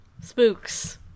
Spooks